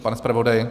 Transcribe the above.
Pane zpravodaji?